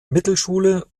mittelschule